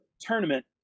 tournament